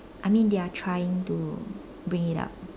I mean they are trying to bring it up